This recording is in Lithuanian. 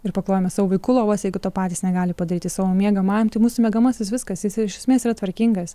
ir paklojame savo vaikų lovas jeigu to patys negali padaryti savo miegamajam tai mūsų miegamasis viskas jis iš esmės yra tvarkingas